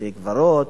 בתי-קברות,